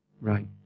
Right